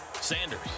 Sanders